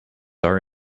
are